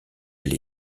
elle